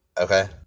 Okay